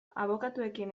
abokatuekin